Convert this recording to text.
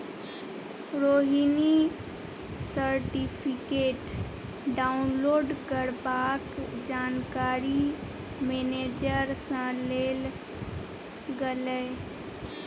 Rohini certificate download करबाक जानकारी manager सँ लेल गेलै